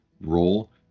role